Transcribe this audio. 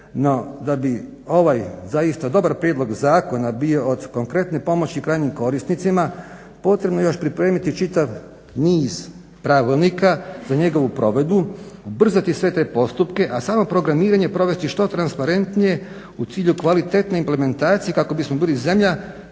no da bi ovaj zaista dobar prijedlog zakona bio od konkretne pomoći krajnjim korisnicima potrebno je još pripremiti čitav niz pravilnika za njegovu provedbu, ubrzati sve te postupke, a samo programiranje provesti što transparentnije u cilju kvalitetne implementacije kako bismo bili zemlja